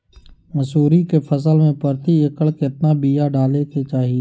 मसूरी के फसल में प्रति एकड़ केतना बिया डाले के चाही?